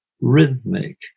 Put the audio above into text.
rhythmic